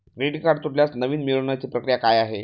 Credit card तुटल्यास नवीन मिळवण्याची प्रक्रिया काय आहे?